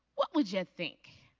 what would you think?